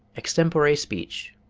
extempore speech,